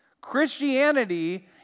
Christianity